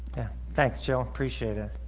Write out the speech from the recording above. thanks jill appreciate it